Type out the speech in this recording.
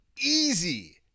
easy